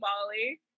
Molly